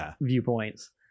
viewpoints